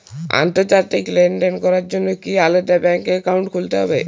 আন্তর্জাতিক লেনদেন করার জন্য কি আলাদা ব্যাংক অ্যাকাউন্ট খুলতে হবে?